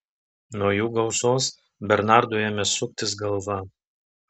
nuo jų gausos bernardui ėmė suktis galva